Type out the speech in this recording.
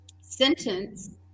sentence